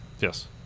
Yes